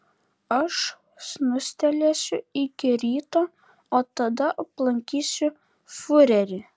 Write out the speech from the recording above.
aš snustelėsiu iki ryto o tada aplankysiu fiurerį